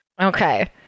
Okay